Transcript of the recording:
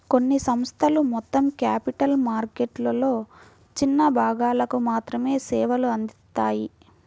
కొన్ని సంస్థలు మొత్తం క్యాపిటల్ మార్కెట్లలో చిన్న భాగాలకు మాత్రమే సేవలు అందిత్తాయి